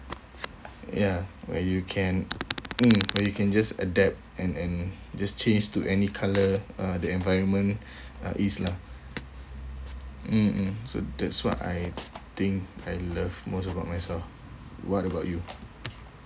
ya where you can mm where you can just adapt and and just change to any colour uh the environment at ease lah mm mm so that's what I think I love most about myself what about you